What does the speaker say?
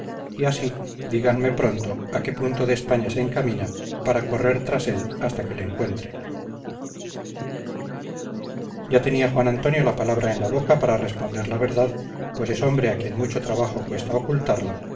y así díganme pronto a qué punto de españa se encamina para correr tras él hasta que le encuentre ya tenía juan antonio la palabra en la boca para responder la verdad pues es hombre a quien mucho trabajo cuesta ocultarla